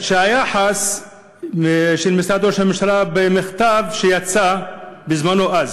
שהיחס של משרד ראש הממשלה במכתב שיצא בזמנו אז.